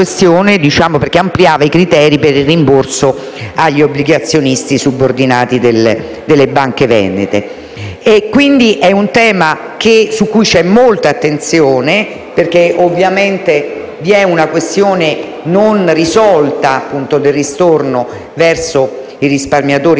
amministratori, ampliava i criteri per il rimborso agli obbligazionisti subordinati delle banche venete. È quindi un tema sul quale vi è molta attenzione, perché ovviamente c'è la questione non risolta del ristorno verso i risparmiatori